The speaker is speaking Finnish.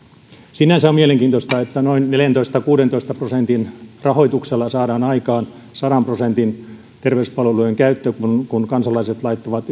sinänsä on mielenkiintoista että noin neljäntoista viiva kuudentoista prosentin rahoituksella saadaan aikaan sadan prosentin terveyspalvelujen käyttö kun kun kansalaiset laittavat